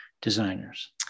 designers